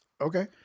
Okay